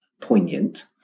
poignant